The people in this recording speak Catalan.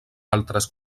altres